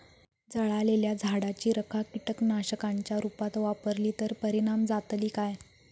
जळालेल्या झाडाची रखा कीटकनाशकांच्या रुपात वापरली तर परिणाम जातली काय?